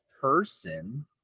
Person